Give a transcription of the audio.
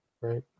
right